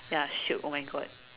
ya shiok oh my god